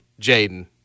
Jaden